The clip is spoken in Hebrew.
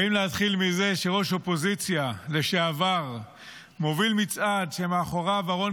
האם להתחיל מזה שראש האופוזיציה לשעבר מוביל מצעד שמאחוריו ארון